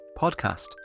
podcast